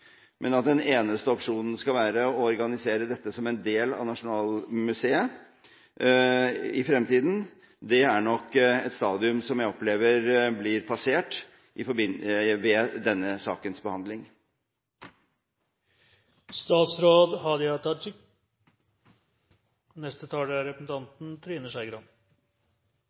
Men at den eneste opsjonen skal være å organisere dette som en del av Nasjonalmuseet i fremtiden, er nok et stadium som jeg opplever blir passert i denne sakens behandling. Det har kome opp ein del spørsmål i debatten som eg gjerne vil respondere på. Det eine er